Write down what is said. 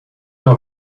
know